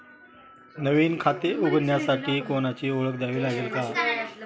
नवीन खाते उघडण्यासाठी कोणाची ओळख द्यावी लागेल का?